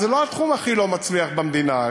וזה לא התחום הכי לא מצליח במדינה.